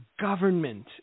government